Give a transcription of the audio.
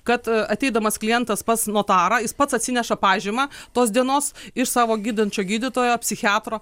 kad ateidamas klientas pas notarą jis pats atsineša pažymą tos dienos iš savo gydančio gydytojo psichiatro